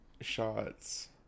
shots